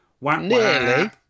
Nearly